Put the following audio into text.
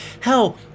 hell